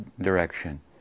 direction